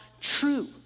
true